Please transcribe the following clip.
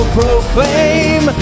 proclaim